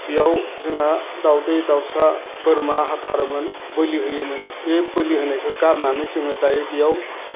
बेयाव जोंहा दाउदै दाउसा बोरमा हाथारोमोन बोलि होयोमोन बे बोलि होनायखौ गारनानै जोङो दायो बेयाव